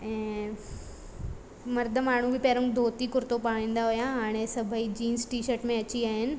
ऐं मर्द माण्हू बि पहिरियों धोती कुर्तो पाईंदा हुआ हाणे सभेई जीन्स टी शट में अची विया आहिनि